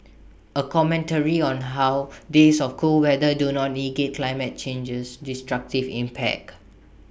A commentary on how days of cool weather do not negate climate change's destructive impact